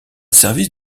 service